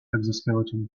exoskeleton